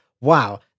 Wow